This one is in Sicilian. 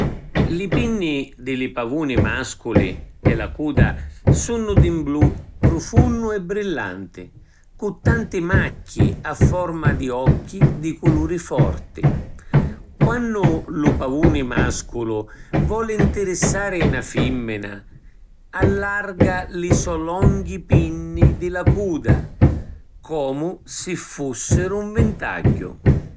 Li pinni di li pavuni masculi e la cuda sunnu di ‘n blu prufunnu e brillanti, cu tanti macchi a forma di occhi di culuri forti. Quannu lu pavuni masculu voli ntirissari na fimmina, allarga li so longhi pinni di la cuda comu si fussiru ‘n vintagghiu.